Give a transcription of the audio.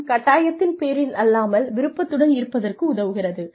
அதுவும் கட்டாயத்தின் பேரின் அல்லாமல் விருப்பத்துடன் இருப்பதற்கு உதவுகிறது